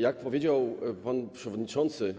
Jak powiedział pan przewodniczący,